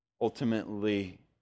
ultimately